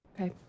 Okay